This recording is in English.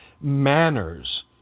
manners